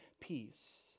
peace